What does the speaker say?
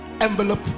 Envelope